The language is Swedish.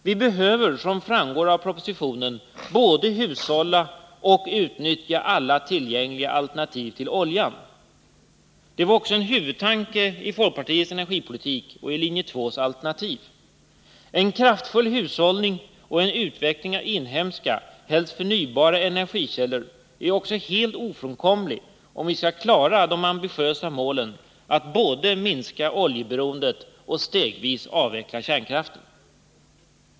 Vi behöver, som framgår av propositionen, både hushålla och utnyttja alla tillgängliga alternativ till oljan. Det var också en huvudtanke i folkpartiets energiproposition och i linje 2:s alternativ. En kraftfull hushållning och en utveckling av inhemska, helst förnybara, energikällor är också helt ofrånkomligt, om vi skall klara de ambitiösa målen att både minska oljeberoendet och stegvis avveckla kärnkraften.